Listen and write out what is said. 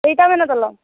কেইটামানত ওলাম